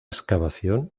excavación